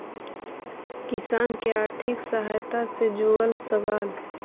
किसान के आर्थिक सहायता से जुड़ल सवाल?